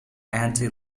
anti